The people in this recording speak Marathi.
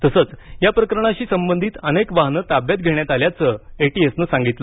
तसंच या प्रकरणाशी संबंधित अनेक वाहनं ताब्यात घेण्यात आल्याचं एटीएसनं सांगितलं